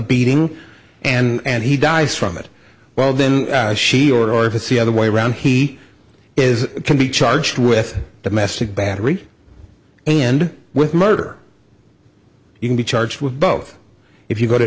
beating and he dies from it well then she or if it's the other way around he is can be charged with domestic battery and with murder you can be charged with both if you go to